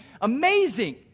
amazing